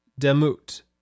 demut